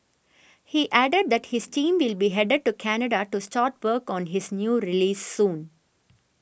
he added that his team will be headed to Canada to start work on his new release soon